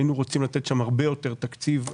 היינו רוצים לתת שם הרבה יותר תקציב.